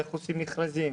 איך עושים מכרזים?